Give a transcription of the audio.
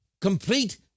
complete